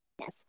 Yes